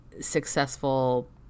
successful